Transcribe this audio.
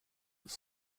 have